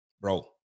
bro